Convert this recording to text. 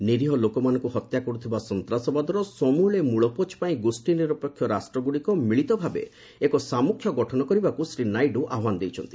ନିରିହ ଲୋକମାନଙ୍କୁ ହତ୍ୟା କରୁଥିବା ସନ୍ତାସବାଦର ସମ୍ବଳେ ମୂଳପୋଛ ପାଇଁ ଗୋଷୀ ନିରପେକ୍ଷ ରାଷ୍ଟ୍ରଗୁଡ଼ିକ ମିଳିତ ଭାବେ ଏକ ସାମୁଖ୍ୟ ଗଠନ କରିବାକୁ ଶ୍ରୀ ନାଇଡୁ ଆହ୍ୱାନ ଜଣାଇଛନ୍ତି